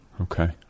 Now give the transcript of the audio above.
okay